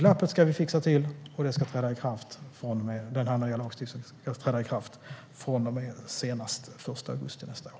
Glappet ska vi fixa till, och den nya lagstiftningen ska träda i kraft senast den 1 augusti nästa år.